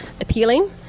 appealing